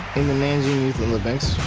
in the nanjing youth olympics,